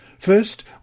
First